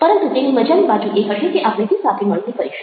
પરંતુ તેની મજાની બાજુ એ હશે કે આપણે તે સાથે મળીને કરીશું